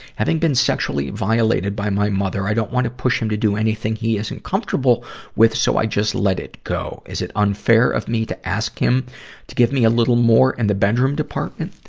having been sexually violated by my mother, i don't want to push him to do anything he isn't comfortable with, so i just let it go. is it unfair of me to ask him to give me a little more in the bedroom department?